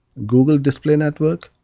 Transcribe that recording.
google display network,